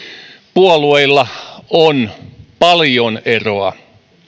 puolueilla on paljon eroa